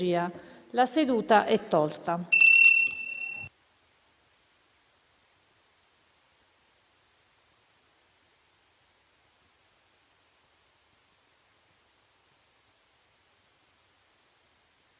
La seduta è tolta